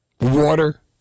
water